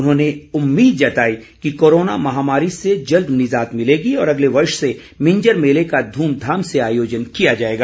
उन्होंने उम्मीद जताई कि कोरोना महामारी से जल्द निजात भिलेगी और अगले वर्ष से भिंजर मेले का ध्मधाम से आयोजन किया जाएगा